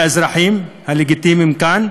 מהאזרחים הלגיטימיים כאן,